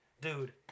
dude